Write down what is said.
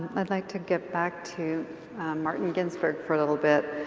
i'd like to get back to martin ginsburg for a little bit.